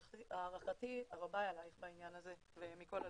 והערכתי הרבה אליך בעניין הזה, ומכל הלב.